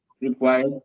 required